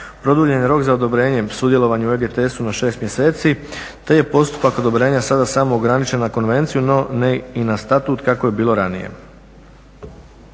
Produljen je rok za odobrenjem, sudjelovanje u EGTS-u na 6 mjeseci, te je postupak odobrenja sada samo ograničen na konvenciju, no ne i na statut kako je bilo ranije.